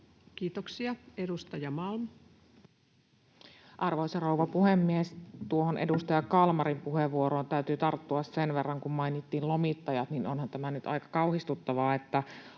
Time: 19:32 Content: Arvoisa rouva puhemies! Tuohon edustaja Kalmarin puheenvuoroon täytyy tarttua sen verran, että kun mainittiin lomittajat, niin onhan tämä nyt aika kauhistuttavaa, että